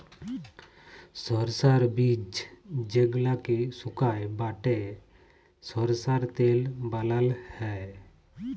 সরষার বীজ যেগলাকে সুকাই বাঁটে সরষার তেল বালাল হ্যয়